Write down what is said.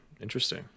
interesting